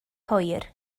hwyr